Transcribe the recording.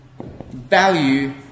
value